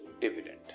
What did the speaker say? dividend